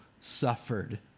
suffered